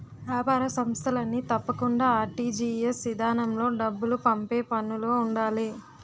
ఏపార సంస్థలన్నీ తప్పకుండా ఆర్.టి.జి.ఎస్ ఇదానంలో డబ్బులు పంపే పనులో ఉండాలి